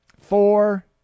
four